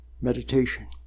meditation